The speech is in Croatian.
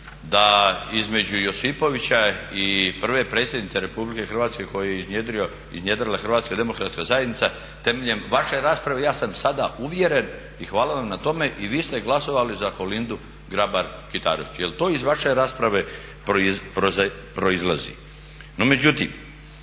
da između Josipovića i prve predsjednice RH koju je iznjedrila HDZ temeljem vaše rasprave ja sam sada uvjeren i hvala vam na tome i vi ste glasovali za Kolindu Grabar-Kitarović. Jer to iz vaše rasprave proizlazi. No međutim,